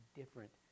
different